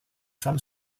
femme